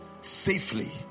safely